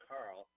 Carl